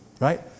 Right